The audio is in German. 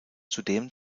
zudem